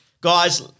Guys